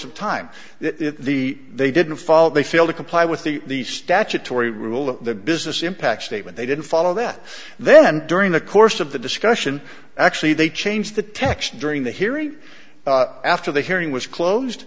of time that the they didn't follow they failed to comply with the statutory rule of the business impact statement they didn't follow that then during the course of the discussion actually they changed the text during the hearing after the hearing was closed